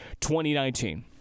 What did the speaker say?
2019